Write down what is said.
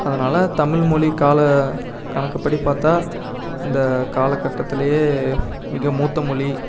அதனால் தமிழ் மொழி கால கணக்குப்படி பார்த்தா இந்த காலக்கட்டத்துலயே மிக மூத்த மொழி